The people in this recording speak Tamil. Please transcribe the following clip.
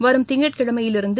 வரும் திங்கட்கிழமையிலிருந்து